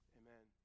amen